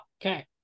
okay